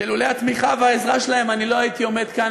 שלולא התמיכה והעזרה שלהם לא הייתי עומד כאן,